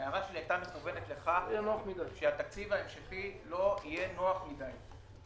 הייתה מכוונת לכך שהתקציב ההמשכי לא יהיה נוח מדי.